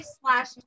slash